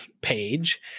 page